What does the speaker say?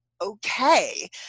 okay